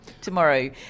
tomorrow